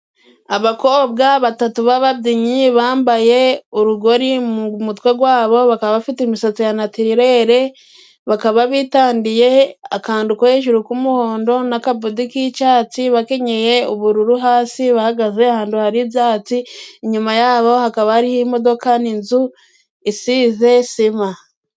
Abakobwa batatu b'ababyinnyi bambaye urugori mu mutwe gwabo, bakaba bafite imisatsi ya natirere. Bakaba bitandiye akandu ko hejuru k'umuhondo n' akabodi k'icatsi, bakenyeye ubururu hasi. Bahagaze ahantu hari ibyatsi, inyuma yabo hakaba hariho imodoka n' inzu isize sima.